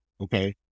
okay